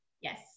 Yes